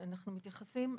אנחנו מתייחסים